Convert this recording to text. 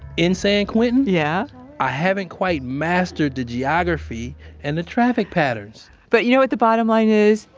in san quentin, yeah i haven't quite mastered the geography and the traffic patterns but you know what the bottom line is?